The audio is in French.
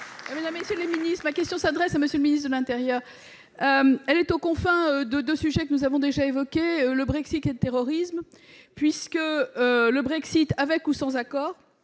Union Centriste. Ma question s'adresse à M. le ministre de l'intérieur. Elle est aux confins de deux sujets que nous avons déjà évoqués : le Brexit et le terrorisme. Le Brexit, avec ou sans accord,